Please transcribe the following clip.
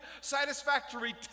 satisfactory